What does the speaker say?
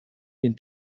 den